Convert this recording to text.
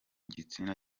gitsina